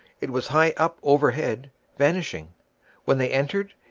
it was high up overhead vanishing when they entered,